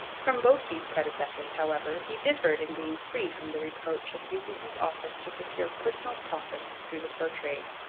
from both these predecessors, however, he differed in being free from the reproach of using his office to secure personal profits through the fur trade.